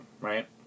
right